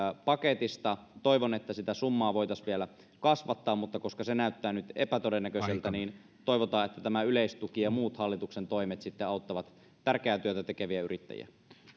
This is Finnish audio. paketista toivon että sitä summaa voitaisiin vielä kasvattaa mutta koska se näyttää nyt epätodennäköiseltä niin toivotaan että tämä yleistuki ja muut hallituksen toimet sitten auttavat tärkeää työtä tekeviä yrittäjiä